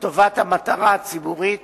לטובת המטרה הציבורית